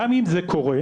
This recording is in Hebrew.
גם אם זה קורה,